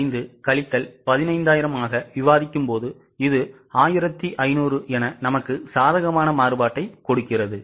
5 கழித்தல் 15000 ஆக விவாதிக்கும்போது இது 1500சாதகமானமாறுபாட்டைக் கொடுக்கிறது